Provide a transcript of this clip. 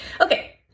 Okay